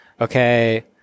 okay